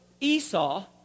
Esau